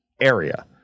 area